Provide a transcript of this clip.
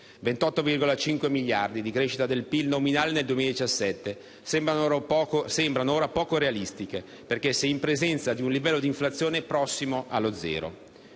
28,5 miliardi di crescita del PIL nominale nel 2017 sembrano ora poco realistici, perché si è in presenza di un livello di inflazione prossimo allo zero.